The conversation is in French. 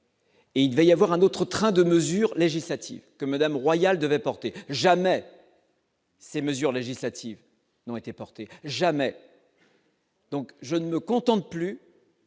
Et il va y avoir un autre train de mesures législatives que Madame Royal devait porter jamais. Ces mesures législatives n'ont été portés jamais. Donc je ne me contente plus.